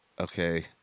Okay